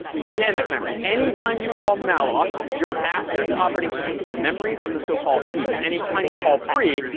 dynamic memory. any time you call malloc, you're asking the operating system for memory from the so-called heap. anytime you call free,